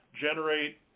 generate